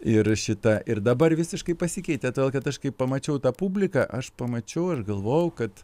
ir šitą ir dabar visiškai pasikeitė todėl kad aš kai pamačiau tą publiką aš pamačiau ir galvojau kad